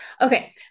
Okay